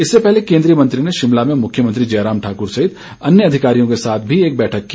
इससे पहले केन्द्रीय मंत्री ने शिमला में मुख्यमंत्री जयराम ठाकर सहित अन्य अधिकारियों के साथ भी एक बैठक की